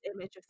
image